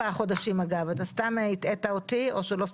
שלמה, אתה אמיתי?